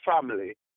family